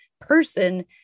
person